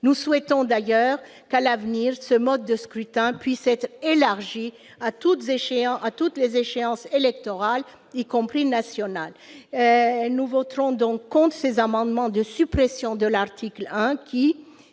Nous souhaitons d'ailleurs que, à l'avenir, ce mode de scrutin puisse être élargi à toutes les échéances électorales, y compris nationales. Nous voterons donc contre l'amendement de suppression de l'article 1,